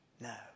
no